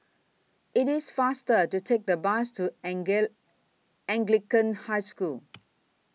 IT IS faster to Take The Bus to Anglican High School